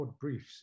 briefs